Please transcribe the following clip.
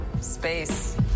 space